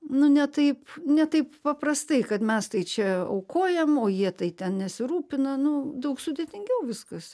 nu ne taip ne taip paprastai kad mes tai čia aukojam o jie tai ten nesirūpina nu daug sudėtingiau viskas